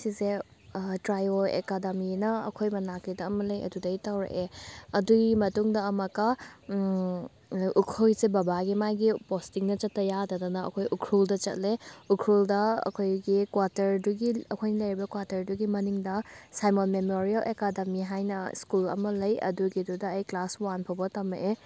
ꯁꯤꯁꯦ ꯇ꯭ꯔꯥꯏꯌꯣ ꯑꯦꯀꯥꯗꯃꯤꯑꯅ ꯑꯩꯈꯣꯏ ꯃꯅꯥꯛꯀꯤꯗ ꯑꯃ ꯂꯩ ꯑꯗꯨꯗꯩ ꯇꯧꯔꯛꯑꯦ ꯑꯗꯨꯒꯤ ꯃꯇꯨꯡꯗ ꯑꯃꯨꯛꯀ ꯑꯩꯈꯣꯏꯁꯦ ꯕꯕꯥꯒꯤ ꯃꯥꯒꯤ ꯄꯣꯁꯇꯤꯡꯗ ꯆꯠꯇ ꯌꯥꯗꯗꯅ ꯑꯩꯈꯣꯏ ꯎꯈ꯭ꯔꯨꯜꯗ ꯆꯠꯂꯦ ꯎꯈ꯭ꯔꯨꯜꯗ ꯑꯩꯈꯣꯏꯒꯤ ꯀ꯭ꯋꯥꯇꯔꯗꯨꯒꯤ ꯑꯩꯈꯣꯏꯅ ꯂꯩꯔꯤꯕ ꯀ꯭ꯋꯥꯇꯔꯗꯨꯒꯤ ꯃꯅꯤꯡꯗ ꯁꯥꯏꯃꯟ ꯃꯦꯃꯣꯔꯤꯌꯜ ꯑꯦꯀꯥꯗꯃꯤ ꯍꯥꯏꯅ ꯁ꯭ꯀꯨꯜ ꯑꯃ ꯂꯩ ꯑꯗꯨꯒꯤꯗꯨꯗ ꯑꯩ ꯀ꯭ꯂꯥꯁ ꯋꯥꯟ ꯐꯥꯎꯕ ꯇꯝꯃꯛꯑꯦ